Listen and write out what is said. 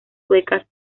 suecas